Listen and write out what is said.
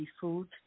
food